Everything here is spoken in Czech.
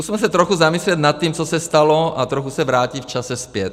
Zkusme se trochu zamyslet nad tím, co se stalo, a trochu se vrátit v čase zpět.